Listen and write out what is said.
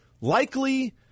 Likely